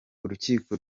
urukiko